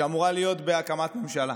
שאמורה להיות בהקמת ממשלה.